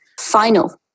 final